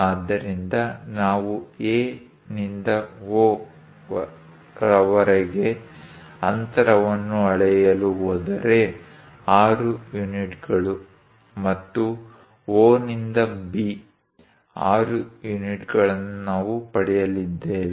ಆದ್ದರಿಂದ ನಾವು A ನಿಂದ O ರವರೆಗೆ ಅಂತರವನ್ನು ಅಳೆಯಲು ಹೋದರೆ 6 ಯೂನಿಟ್ಗಳು ಮತ್ತು O ನಿಂದ B 6 ಯೂನಿಟ್ಗಳನ್ನು ನಾವು ಪಡೆಯಲಿದ್ದೇವೆ